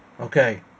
Okay